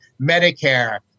Medicare